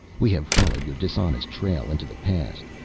we have followed your dishonest trail into the past,